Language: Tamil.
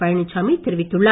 பழனிசாமி தெரிவித்துள்ளார்